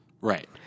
Right